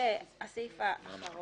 בעמוד 14, סעיף 4,